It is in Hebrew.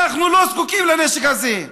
אנחנו לא זקוקים לנשק הזה,